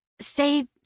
Say